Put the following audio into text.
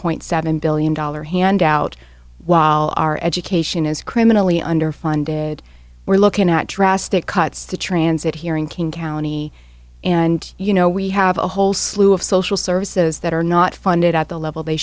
point seven billion dollar handout while our education is criminally underfunded we're looking at drastic cuts to transit hearing king county and you know we have a whole slew of social services that are not funded at the level they